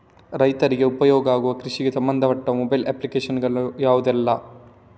ರೈತರಿಗೆ ಉಪಯೋಗ ಆಗುವ ಕೃಷಿಗೆ ಸಂಬಂಧಪಟ್ಟ ಮೊಬೈಲ್ ಅಪ್ಲಿಕೇಶನ್ ಗಳು ಯಾವುದೆಲ್ಲ?